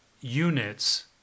units